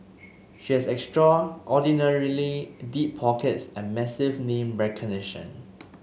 she has extraordinarily deep pockets and massive name recognition